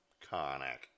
Karnak